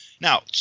now